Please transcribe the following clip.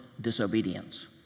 disobedience